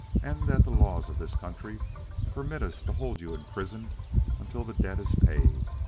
and that the laws of this country permit us to hold you imprisoned until the debt is paid.